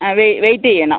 ആ വെയിറ്റ് ചെയ്യണം